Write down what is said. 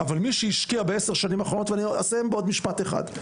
אבל מי שהשקיע בעשר השנים האחרונות --- אני אסיים בעוד משפט אחד.